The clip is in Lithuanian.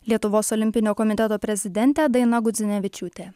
lietuvos olimpinio komiteto prezidentė daina gudzinevičiūtė